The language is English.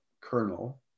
kernel